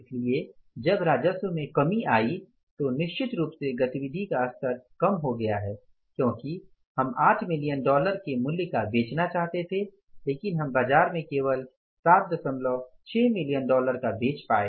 इसलिए जब राजस्व में कमी आई है तो निश्चित रूप से गतिविधि का स्तर कम हो गया है क्योकि हम 8 मिलियन डॉलर के मूल्य का बेचना चाहते थे लेकिन हम बाजार में केवल 76 मिलियन डॉलर का बेच पाए